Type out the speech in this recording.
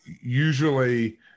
usually